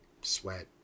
sweat